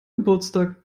geburtstag